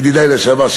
ידידי לשעבר,